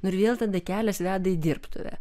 ir vėl tada kelias veda į dirbtuvę